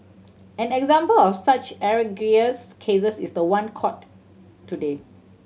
an example of such egregious cases is the one court today